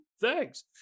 thanks